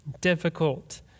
difficult